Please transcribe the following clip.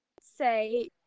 say